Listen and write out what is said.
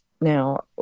now